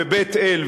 בבית-אל,